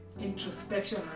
introspection